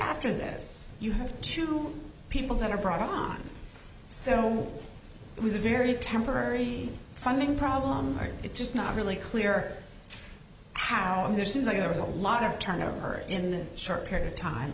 after this you have two people that are problems so it was a very temporary funding problem it's just not really clear how there seems like there was a lot of turnover in that short period of time